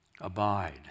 Abide